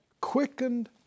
quickened